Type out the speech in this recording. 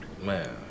man